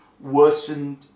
worsened